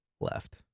left